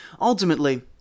Ultimately